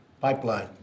pipeline